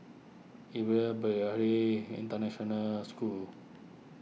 Yuva Bharati International School